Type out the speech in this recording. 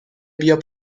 بیا